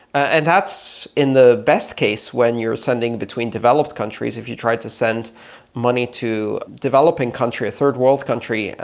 and that's in the best case when you are sending between developed countries. if you tried to send money to a developing country, a third world country,